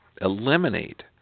eliminate